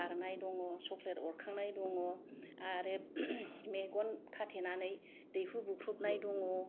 खारनाय दङ चक'लेट अरखांनाय दङ आरो मेगन खाथेनानै दैहु बुख्रुबनाय दङ